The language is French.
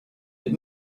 des